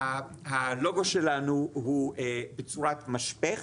הלוגו שלנו הוא בצורת משפך,